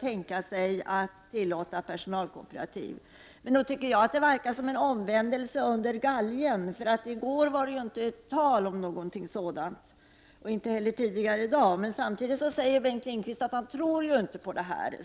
tänka sig att tillåta personalkooperativ. Men nog tycker jag att det verkar som en omvändelse under galgen — i går var det inte tal om någonting sådant, och inte heller tidigare i dag. Samtidigt säger Bengt Lindqvist att han inte tror på det här.